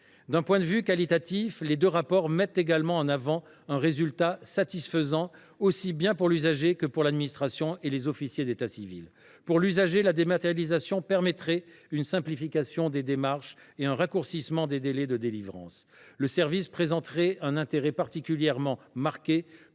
D’un point de vue qualitatif, les deux rapports mettent également en avant un résultat satisfaisant, aussi bien pour l’usager que pour l’administration et pour les officiers de l’état civil. Pour l’usager, la dématérialisation permettrait une simplification des démarches et un raccourcissement des délais de délivrance. Le service présenterait un intérêt particulièrement marqué